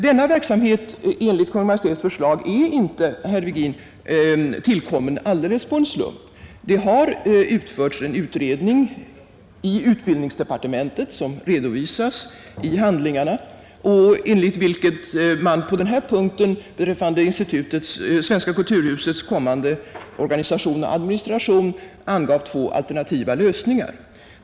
Kungl. Maj:ts förslag rörande denna verksamhet är inte, herr Virgin, tillkommen alldeles på en slump. Det grundas på en utredning i utbildningsdepartementet, som redovisas i handlingarna och enligt vilken man på denna punkt beträffande Svenska kulturhusets kommande organisation och administration angav två alternativa lösningar.